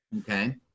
Okay